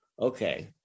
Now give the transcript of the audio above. okay